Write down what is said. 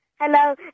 Hello